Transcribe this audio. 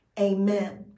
amen